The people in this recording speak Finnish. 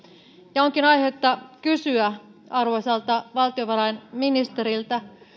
ja onkin aihetta kysyä arvoisalta valtiovarainministeriltä